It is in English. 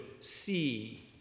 see